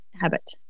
habit